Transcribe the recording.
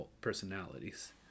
personalities